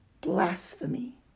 blasphemy